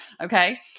Okay